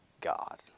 God